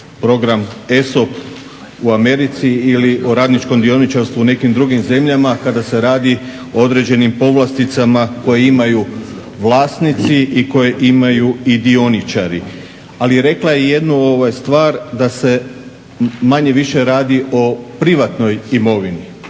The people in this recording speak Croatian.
program ESOP u Americi ili o radničkom dioničarstvu u nekim drugim zemljama kada se radi o određenim povlasticama koje imaju vlasnici i koje imaju i dioničari. Ali rekla je i jednu stvar, da se manje-više radi o privatnoj imovini,